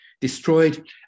destroyed